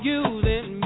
using